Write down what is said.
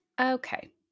Okay